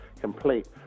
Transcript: complete